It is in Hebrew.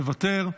מוותר,